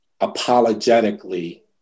apologetically